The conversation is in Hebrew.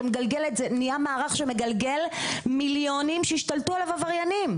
שזה נהיה מערך שמגלגל מיליונים שהשתלטו עליו עבריינים.